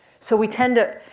so we tend to,